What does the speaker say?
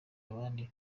abandi